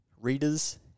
readers